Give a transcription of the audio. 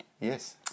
Yes